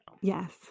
Yes